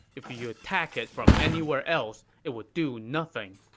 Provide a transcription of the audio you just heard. if you attack it from anywhere else, it would do nothing.